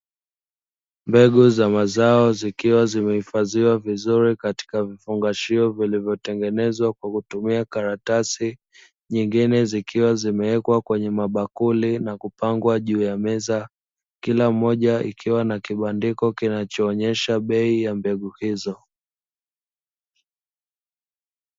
Mbegu za mazao zikiwa zimehifadhiwa vizuri, katika vifungashio vilivyotengenezwa kwa kutumia karatasi, nyingine zikiwa zimewekwa kwenye mabakuli na kupangwa juu ya meza, kila kimoja kikiwa na kibandiko kinachoonesha bei ya mbegu hizo.